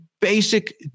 basic